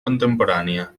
contemporània